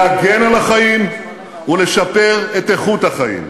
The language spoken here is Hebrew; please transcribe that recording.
להגן על החיים, ולשפר את איכות החיים.